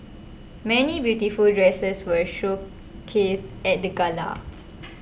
many beautiful dresses were showcased at the gala